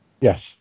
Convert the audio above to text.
Yes